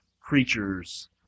creatures